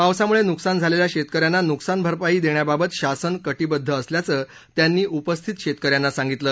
पावसामुळे नुकसान झालेल्या शेतकऱ्यांना नुकसान भरपाई देण्याबाबत शासन कटिबद्द असल्याचं त्यांनी उपस्थित शेतकऱ्यांना सांगितलं